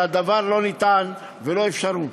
שהדבר לא ניתן ואין אפשרות.